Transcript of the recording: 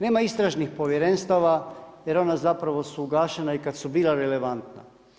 Nema istražnih povjerenstava jer ona zapravo su ugašena i kada su bila relevantna.